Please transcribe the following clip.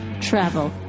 travel